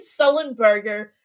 sullenberger